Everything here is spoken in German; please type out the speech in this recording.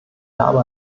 habe